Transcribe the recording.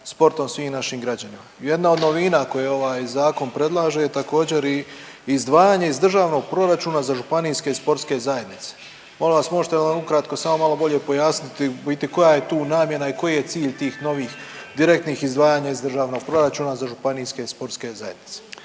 sportom svim našim građanima. Jedna od novina koju ovaj zakon predlaže je također i izdvajanje iz državnog proračuna za županijske i sportske zajednice. Molim vas možete li nam ukratko samo malo bolje pojasniti u biti koja je tu namjena i koji je cilj tih novih direktnih izdvajanja iz državnog proračuna za županijske i sportske zajednice.